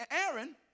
Aaron